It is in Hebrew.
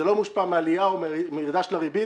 זה לא מושפע מעלייה או מירידה של הריבית.